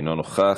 אינו נוכח.